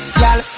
y'all